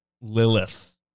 Lilith